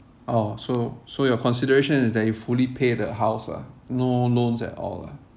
orh so so your consideration is that you fully pay the house lah no loans at all lah